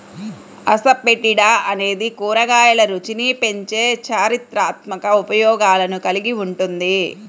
asafoetida అనేది కూరగాయల రుచిని పెంచే చారిత్రాత్మక ఉపయోగాలను కలిగి ఉంటుంది